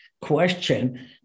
question